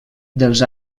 dels